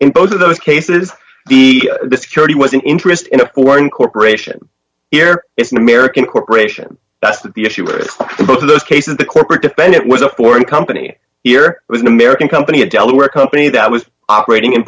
in both of those cases be to security was an interest in a foreign corporation here it's an american corporation that's the issue or to both of those cases the corporate defendant was a foreign company here was an american company a delaware company that was operating in